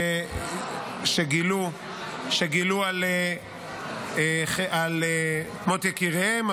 שגילו על מות יקיריהן,